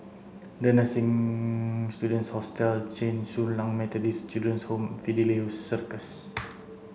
the Students Hostel Chen Su Lan Methodist Children's Home Fidelio Circus